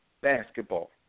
basketball